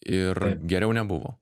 ir geriau nebuvo